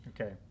Okay